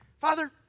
Father